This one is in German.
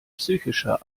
psychischer